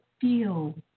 feel